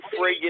friggin